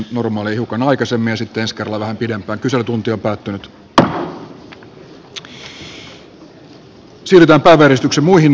normaali hiukan aikaisemmin sitten skaalalla pidempää mikä on kuntapäättäjien vastuu